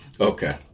Okay